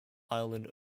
island